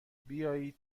بیایید